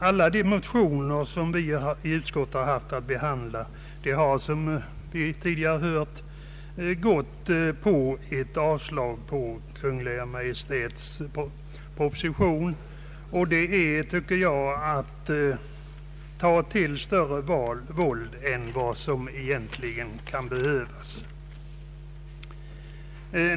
Alla de motioner utskottet haft att behandla har som vi tidigare hört yrkat avslag på propositionen, och det är, tycker jag, att ta till större våld än vad som egentligen kan behövas.